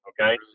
okay